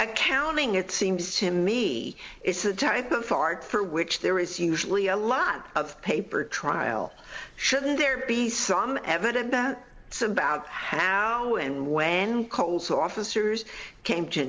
and counting it seems to me it's a typo fart for which there is usually a lot of paper trial shouldn't there be some evidence that it's about how and when cole so officers came to